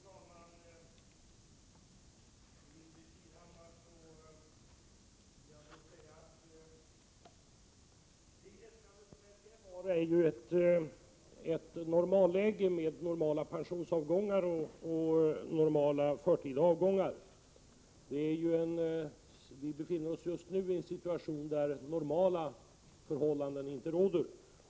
Fru talman! Det äskande som läggs fram gäller ett normalläge med normala pensionsavgångar och normala förtida avgångar. Men vi befinner oss just nu i en situation där normala förhållanden inte råder.